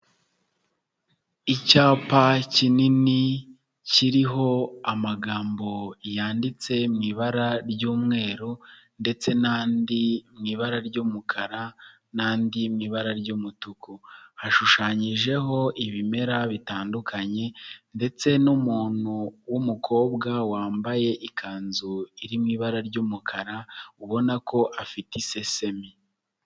Icyapa kinini, kiriho amagambo yanditse mu ibara ry'umweru ndetse n'andi mu ibara ry'umukara n'andi mu ibara ry'umutuku, hashushanyijeho ibimera bitandukanye ndetse n'umuntu w'umukobwa wambaye ikanzu iri mu ibara ry'umukara ubona ko afite isesemi.